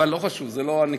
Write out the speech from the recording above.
אבל לא חשוב, זו לא הנקודה.